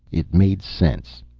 it made sense.